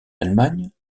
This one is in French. allemagne